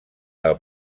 del